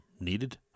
needed